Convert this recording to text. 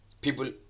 people